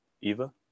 Eva